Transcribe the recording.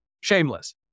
Shameless